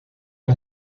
han